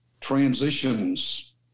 transitions